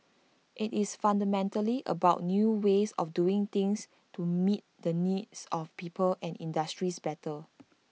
IT is fundamentally about new ways of doing things to meet the needs of people and industries better